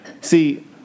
see